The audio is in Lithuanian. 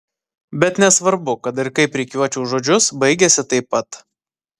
bet nesvarbu kad ir kaip rikiuočiau žodžius baigiasi taip pat